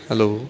hello